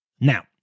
Now